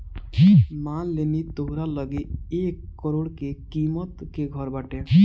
मान लेनी तोहरा लगे एक करोड़ के किमत के घर बाटे